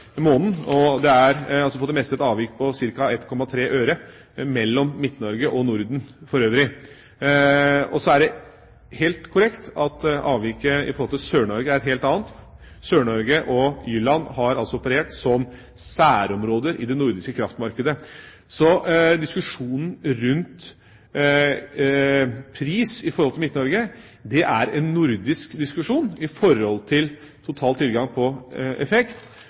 måneden foran meg. Det er på det meste et avvik på ca. 1,3 øre mellom Midt-Norge og Norden for øvrig. Så er det helt korrekt at avviket i forhold til Sør-Norge er et helt annet. Sør-Norge og Jylland har operert som særområder i det nordiske kraftmarkedet. Så diskusjonen rundt pris når det gjelder Midt-Norge, er en nordisk diskusjon om total tilgang på effekt